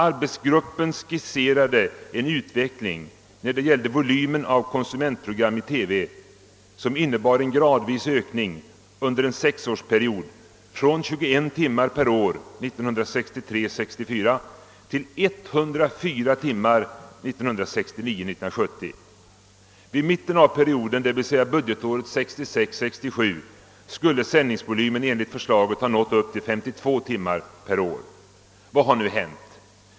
Arbetsgruppen skisserade en utveckling när det gäller volymen av konsumentprogram i TV, som innebar en gradvis ökning under en sexårsperiod från 21 timmar per år 1963 70. Vid mitten av perioden, dvs. budgetåret 1966/67, skulle sändningsvolymen enligt förslaget ha nått upp till 52 timmar per år. Vad har nu hänt?